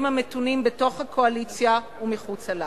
המתונים בתוך הקואליציה ומחוצה לה.